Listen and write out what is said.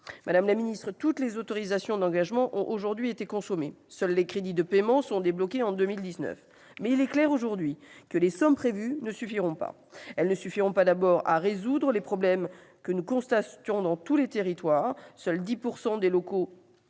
Madame la secrétaire d'État, toutes les autorisations d'engagement ont aujourd'hui été consommées, et seuls des crédits de paiement seront débloqués en 2019. Or il est aujourd'hui clair que les sommes prévues ne suffiront pas. Elles ne suffiront pas, d'abord, à résoudre les problèmes que nous constatons tous dans nos territoires. Seuls 10 % des locaux